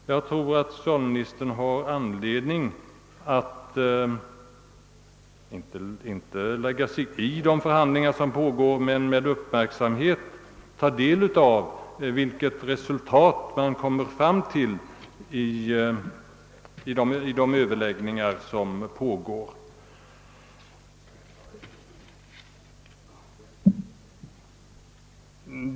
Enligt min mening finns det anledning för socialministern, inte att lägga sig i de förhandlingar som pågår, men att med uppmärksamhet ta del av det resultat som uppnås genom dessa överläggningar. Herr talman!